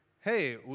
hey